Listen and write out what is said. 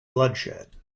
bloodshed